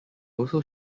also